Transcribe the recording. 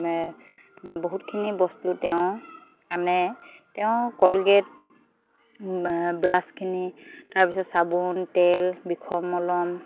বহুতখিনি বস্তু তেওঁ আনে তেওঁ কলগেট ব্ৰাছখিনি তাৰপিছত চাবোন তেল বিষৰ মলম